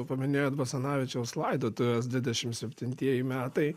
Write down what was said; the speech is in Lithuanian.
paminėjot basanavičiaus laidotuves dvidešimt septintieji metai